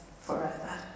forever